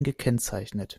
gekennzeichnet